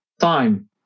time